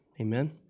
Amen